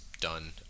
done